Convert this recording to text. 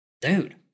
Dude